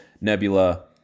Nebula